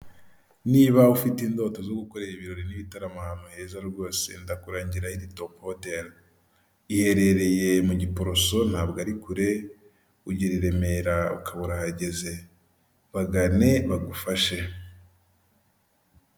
Niba ufite indoto zo gukorera ibirori n'ibitaramo ahantu heza rwose ndakuragira hiritopu hoteli, iherereye mu giporoso ntabwo ari kure, ugera i Remera ukaba urahageze bagane bagufashe.